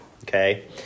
Okay